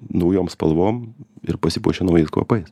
naujom spalvom ir pasipuošia naujais kvapais